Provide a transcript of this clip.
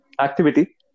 activity